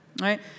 right